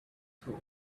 sold